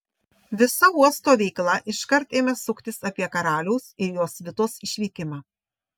visa uosto veikla iškart ėmė suktis apie karaliaus ir jo svitos išvykimą